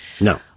No